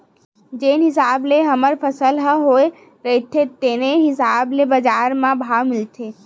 जेन हिसाब ले हमर फसल ह होए रहिथे तेने हिसाब ले बजार म भाव मिलथे